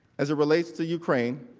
as it relates to ukraine,